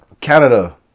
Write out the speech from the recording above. Canada